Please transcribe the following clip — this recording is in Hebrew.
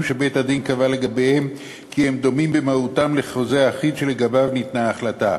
שבית-הדין קבע לגביהם כי הם דומים במהותם לחוזה האחיד שלגביו ניתנה ההחלטה,